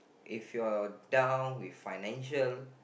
if you're down with financial